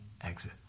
exit